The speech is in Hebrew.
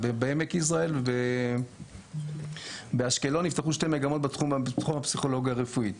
בעמק יזרעאל ובאשקלון נפתחו שתי מגמות בתחום הפסיכולוגיה הרפואית.